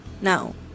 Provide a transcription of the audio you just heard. Now